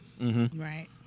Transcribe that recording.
Right